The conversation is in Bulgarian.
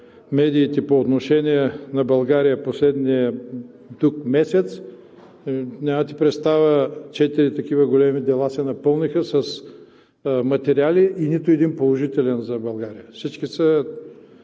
медиите по отношение на България последния месец. Нямате представа – четири големи дела се напълниха с материали и нито един положителен за България! Езикът на